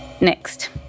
Next